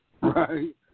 Right